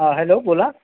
हां हॅलो बोला